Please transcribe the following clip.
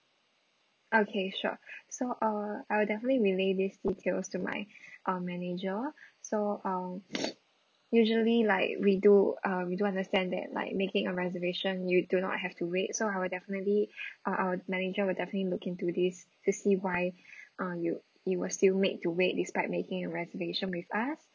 okay sure so uh I'll definitely relay these details to my uh manager so uh usually like we do uh we do understand that like making a reservation you do not have to wait so I'll definitely uh our manager will definitely look into this to see why uh you you were still made to wait despite making a reservation with us